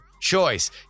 choice